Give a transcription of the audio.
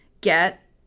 get